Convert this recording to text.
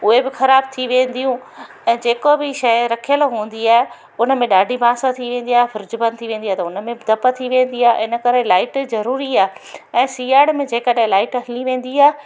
उहे बि ख़राब थी वेंदियूं ऐं जेको बि शइ रखियलु हूंदी आहे उन में ॾाढी बांस थी वेंदी आहे फ्रिज बंदि थी वेंदी आहे त उन में बि तप थी वेंदी आहे इन करे लाइट ज़रूरी आहे ऐं सियारे में जकॾहिं लाइट हली वेंदी आहे